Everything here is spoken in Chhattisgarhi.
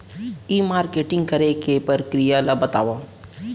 ई मार्केटिंग करे के प्रक्रिया ला बतावव?